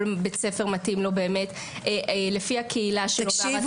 כל בית ספר מתאים לו לפי הקהילה שלו והרצון